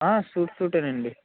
suit సూటే అండి